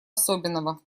особенного